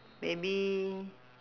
maybe